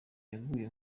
yaguye